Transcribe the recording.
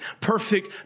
perfect